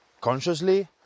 consciously